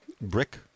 Brick